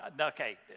Okay